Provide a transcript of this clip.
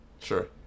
Sure